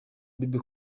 bebe